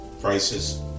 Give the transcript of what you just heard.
prices